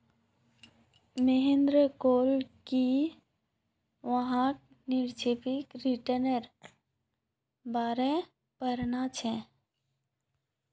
महेंद्र कहले कि वहाक् निरपेक्ष रिटर्न्नेर बारे पढ़ना छ